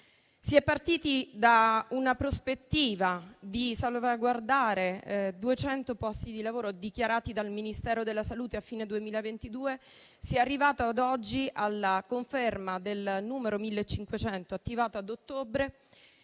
Si è partiti dalla prospettiva di salvaguardare duecento posti di lavoro, dichiarati dal Ministero della salute a fine 2022. Si è arrivati, ad oggi, alla conferma del numero 1500, attivato ad ottobre,